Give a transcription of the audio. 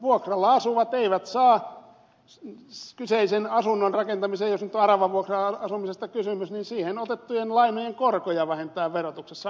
vuokralla asuvat eivät saa jos on aravavuokra asumisesta kysymys kyseisen asunnon rakentamiseen otettujen lainojen korkoja vähentää verotuksessaan